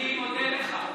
אני מודה לך.